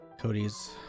Cody's